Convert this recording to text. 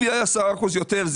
אם יהיו 10 אחוזים יותר,